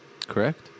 Correct